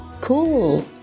Cool